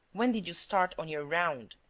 when did you start on your round?